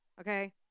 okay